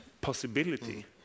possibility